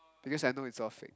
because I know it's all fake